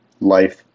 life